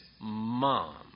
mom